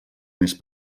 més